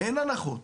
אין הנחות.